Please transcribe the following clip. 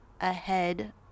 ahead